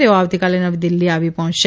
તેઓ આવતીકાલે નવી દીલ્ફી આવી પર્ણેંચશે